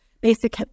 basic